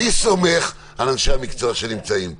אני סומך על אנשי המקצוע שנמצאים פה.